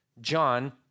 John